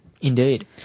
Indeed